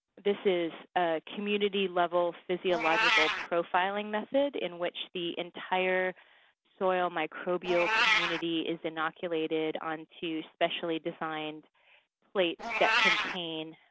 this is community level physiological profiling method in which the entire soil microbial community is inoculated onto specially designed plates that contain